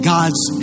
God's